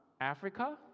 Africa